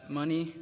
money